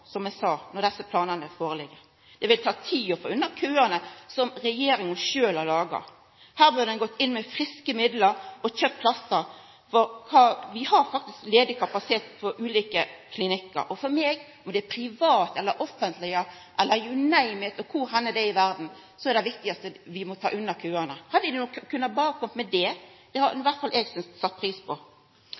som eg sa, når desse planane ligg føre? Det vil ta tid å få unna køane, som regjeringa sjølv har laga. Her burde ein gå inn med friske midlar og kjøpt plassar, for vi har faktisk ledig kapasitet ved ulike klinikkar. Om dei er private eller offentlege – you name it – eller ligg kvar som helst i verda, så er det viktigaste at vi må ta unna køane. Kunne ein berre ha kome unna med det, hadde i alle fall eg satt pris på